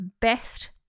best